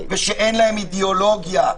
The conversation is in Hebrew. ושאין להם אידאולוגיה.